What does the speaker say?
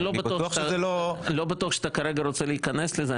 ואני בטוח שזה לא --- אני לא בטוח שאתה כרגע רוצה להיכנס לזה.